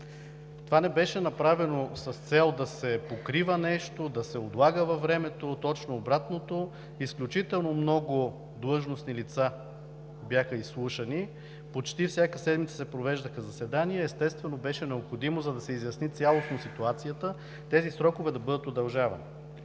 Това не беше направено с цел да се покрива нещо, да се отлага във времето, а точно обратното. Изключително много длъжностни лица бяха изслушани. Почти всяка седмица се провеждаха заседания, естествено беше необходимо, за да се изясни цялостно ситуацията, тези срокове да бъдат удължавани.